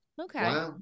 Okay